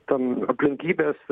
tam aplinkybės